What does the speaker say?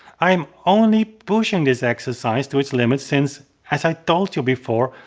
i am only pushing this exercise to its limits since, as i told you before,